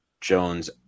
Jones